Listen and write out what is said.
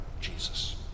Jesus